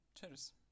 Cheers